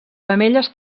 femelles